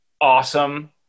awesome